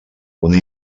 una